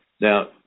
Now